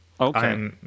Okay